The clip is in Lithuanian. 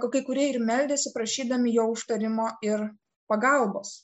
kai kurie ir meldėsi prašydami jo užtarimo ir pagalbos